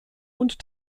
und